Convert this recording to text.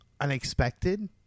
unexpected